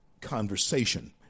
conversation